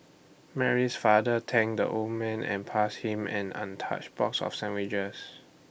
Mary's father thanked the old man and passed him an untouched box of sandwiches